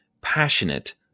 passionate